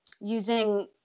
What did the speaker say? using